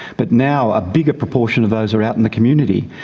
but now a bigger proportion of those are out in the community,